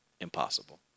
impossible